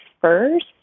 first